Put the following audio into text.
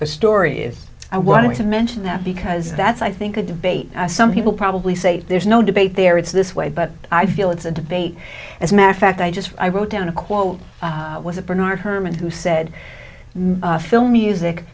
the story is i want to mention that because that's i think a debate some people probably say there's no debate there it's this way but i feel it's a debate as a matter of fact i just i wrote down a quote was a bernard herman who said film music